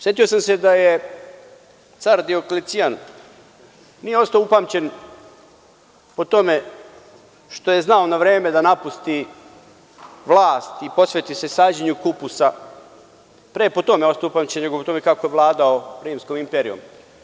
Setio sam se da car Dioklecijan nije ostao upamćen po tome što je znao na vreme da napusti vlasti i posveti se sađenju kupusa, pre je po tome ostao upamćen, nego po tome kako je vladao rimskom imperijom.